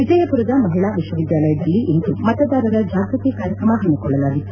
ವಿಜಯಪುರದ ಮಹಿಳಾ ವಿಶ್ವವಿದ್ಯಾಲಯದಲ್ಲಿ ಇಂದು ಮತದಾರರ ಜಾಗೃತಿ ಕಾರ್ಯಕ್ರಮ ಹಮ್ನಿಕೊಳ್ಳಲಾಗಿತ್ತು